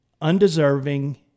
undeserving